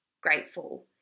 grateful